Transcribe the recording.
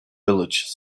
village